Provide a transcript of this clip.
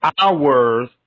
hours